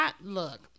Look